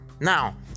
Now